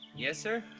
yes sir?